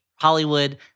Hollywood